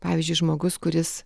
pavyzdžiui žmogus kuris